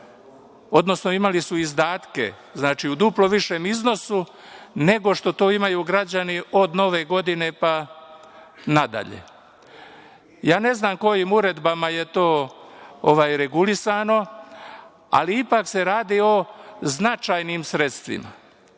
odnosno imali su izdatke u duplo višem iznosu nego što to imaju građani od nove godine, pa nadalje. Ne znam kojim uredbama je to regulisano, ali ipak se radi o značajnim sredstvima. Ako